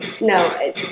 No